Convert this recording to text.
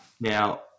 Now